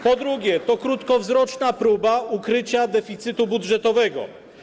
Po drugie, to krótkowzroczna próba ukrycia deficytu budżetowego.